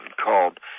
called